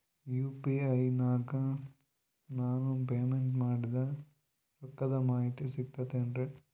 UPI ನಾಗ ನಾನು payment ಮಾಡಿದ ರೊಕ್ಕದ ಮಾಹಿತಿ ಸಿಕ್ತಾತೇನ್ರೀ?